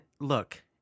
look